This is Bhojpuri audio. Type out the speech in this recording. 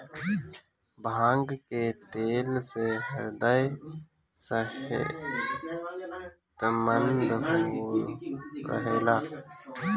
भांग के तेल से ह्रदय सेहतमंद रहेला